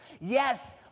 Yes